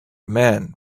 man